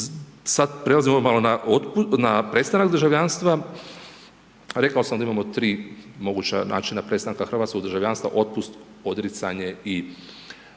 Sad prelazimo na prestanak državljanstva. Rekao sam da imamo 3 moguća načina prestanka hrvatskog državljanstva, otpust, odricanje i po